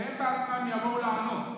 שהם בעצמם יבואו לענות.